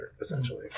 essentially